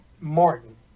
Martin